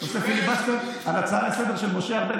אתה רוצה לעשות פיליבסטר על הצעה לסדר-היום של משה ארבל?